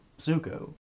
Zuko